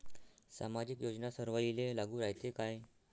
सामाजिक योजना सर्वाईले लागू रायते काय?